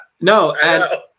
No